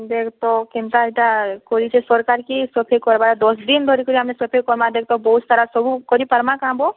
ଦେଖ୍ ତ କେନ୍ତା ଏଟା କରିଛେ ସରାକର୍ କି ସଫେଇ କରିବାର୍ ଦଶ୍ ଦିନ୍ ଧରିକରି ଆମେ ସଫେଇ କରମା ଦେଖତ୍ ବହୁତ୍ ସାରା ସବୁ କରିପାରମା କାଁ ବୋ